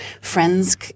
friends